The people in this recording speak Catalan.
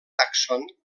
tàxon